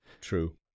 true